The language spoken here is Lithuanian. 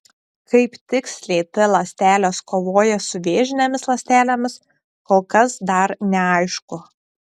kaip tiksliai t ląstelės kovoja su vėžinėmis ląstelėmis kol kas dar neaišku